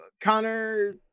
Connor